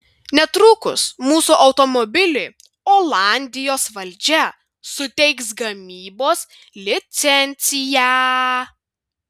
netrukus mūsų automobiliui olandijos valdžia suteiks gamybos licenciją